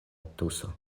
tuso